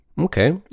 Okay